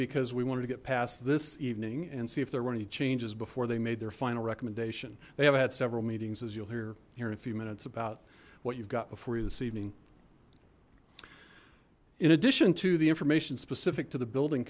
because we wanted to get past this evening and see if there were any changes before they made their final recommendation they have had several meetings as you'll hear here in a few minutes about what you've got before you this evening in addition to the information specific to the building